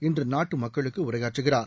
இன்று நாட்டு மக்களுக்கு உரையாற்றுகிறார்